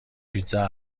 پیتزا